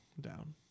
down